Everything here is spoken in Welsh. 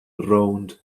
rownd